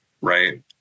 right